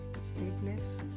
stainless